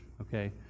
okay